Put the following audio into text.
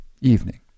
Evening